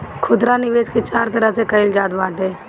खुदरा निवेश के चार तरह से कईल जात बाटे